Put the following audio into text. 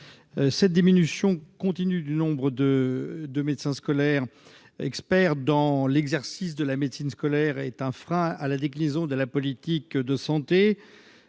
Cette diminution continue du nombre de médecins scolaires, experts dans l'exercice de la médecine scolaire, est un frein à la déclinaison de la politique de santé